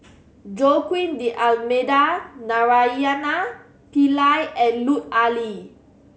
Joaquim D'Almeida Naraina Pillai and Lut Ali